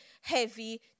heavy